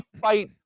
fight